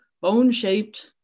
bone-shaped